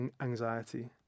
anxiety